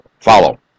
follow